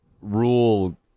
Rule